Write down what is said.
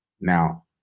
Now